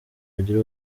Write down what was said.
bagire